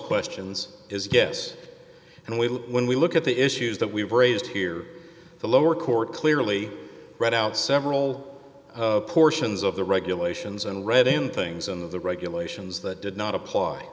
questions is yes and we when we look at the issues that we were raised here the lower court clearly read out several portions of the regulations and read in things in the regulations that did not apply